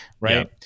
right